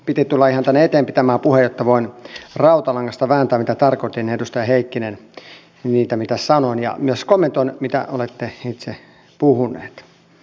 piti tulla ihan tänne eteen pitämään puhe jotta voin rautalangasta vääntää mitä tarkoitin edustaja heikkinen niillä mitä sanoin ja myös kommentoida mitä olette itse puhunut